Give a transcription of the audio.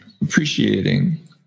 appreciating